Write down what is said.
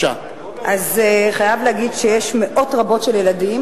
אז חייבים להגיד שיש מאות רבות של ילדים,